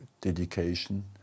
dedication